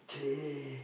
!chey!